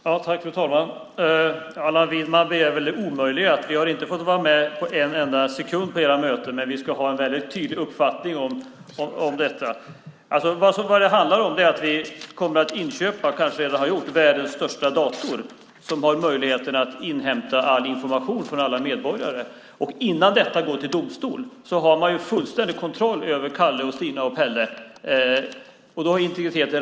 Fru talman! Allan Widman begär det omöjliga. Vi har inte fått vara med en enda sekund på era möten, men vi ska ha en väldigt tydlig uppfattning om detta. Vad det handlar om är att vi kommer att inköpa, eller kanske redan har gjort det, världens största dator som har möjligheten att inhämta all information från alla medborgare. Och innan detta går till domstol har man fullständig kontroll över Kalle, Stina och Pelle.